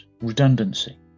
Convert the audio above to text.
redundancy